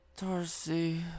Darcy